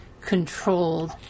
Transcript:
controlled